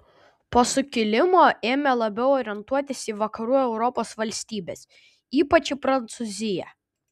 po sukilimo ėmė labiau orientuotis į vakarų europos valstybes ypač į prancūziją